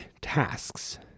tasks